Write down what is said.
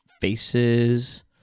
Faces